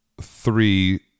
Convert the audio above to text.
three